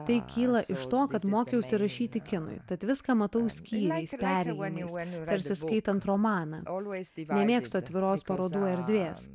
tai kyla iš to kad mokiausi rašyti kinui tad viską matau skyriais perėjimais tarsi skaitant romaną nemėgstu atviros parodų erdvės